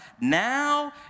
Now